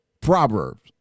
Proverbs